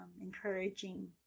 encouraging